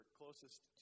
closest